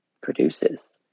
produces